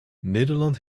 nederland